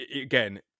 again